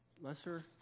Lesser